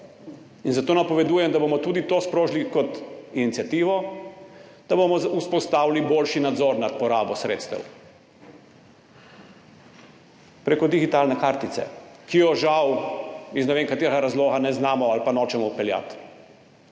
Zato napovedujem, da bomo tudi to sprožili kot iniciativo, da bomo vzpostavili boljši nadzor nad porabo sredstev prek digitalne kartice, ki je žal, iz ne vem katerega razloga, ne znamo ali pa nočemo vpeljati.